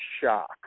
shock